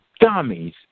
dummies